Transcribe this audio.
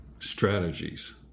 Strategies